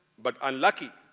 but unlucky,